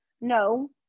No